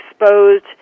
exposed